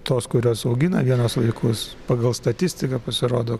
tos kurios augina vienos vaikus pagal statistiką pasirodo